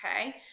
Okay